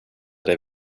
dig